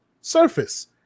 Surface